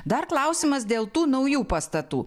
dar klausimas dėl tų naujų pastatų